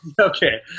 Okay